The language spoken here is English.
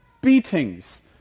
beatings